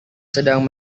sedang